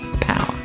power